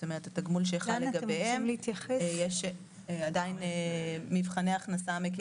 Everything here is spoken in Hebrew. כלומר התגמול שחל לגביהם יש עדיין מבחני הכנסה מקלים.